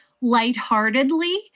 lightheartedly